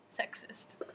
sexist